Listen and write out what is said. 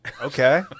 okay